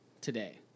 today